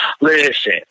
listen